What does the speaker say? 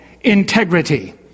integrity